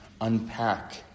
unpack